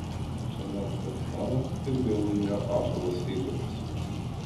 šiame etape finalą ir vėl laimėjo ąžuolas eidukas